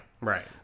Right